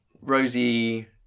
Rosie